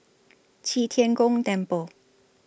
Qi Tian Gong Temple